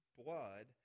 blood